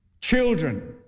children